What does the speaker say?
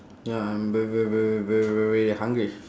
ya I'm very very very very very hungry